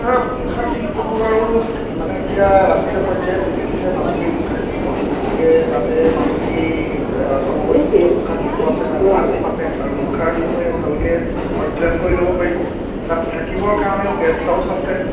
মুখা শিল্পটো আৰু মানে এতিয়া ৰাষ্ট্ৰীয় পৰ্যায়ত জিলিকিছে মাজুলীৰ মুখা শিল্প গতিকে তাতে মাজুলী চামগুৰি সত্ৰত মুখা শিল্প আছে ৰাসো পাতে আৰু মুখাৰ বিষয়ে ভালকৈ অধ্যয়ন কৰি ল'ব পাৰিব তাত থাকিব কাৰণেও গেষ্ট হাউচ আছে